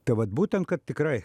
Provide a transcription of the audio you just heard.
tai vat būtent kad tikrai